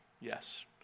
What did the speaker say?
Yes